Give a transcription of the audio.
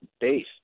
base